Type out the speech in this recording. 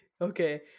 Okay